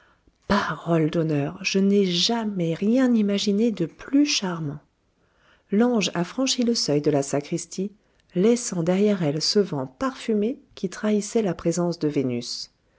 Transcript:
parole d'honneur je n'ai jamais rien imaginé de plus charmant l'ange a franchi le seuil de la sacristie laissant derrière elle ce vent parfumé qui trahissait la présence de vénus